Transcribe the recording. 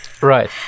Right